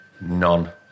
None